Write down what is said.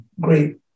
great